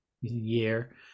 year